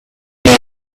the